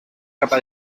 capa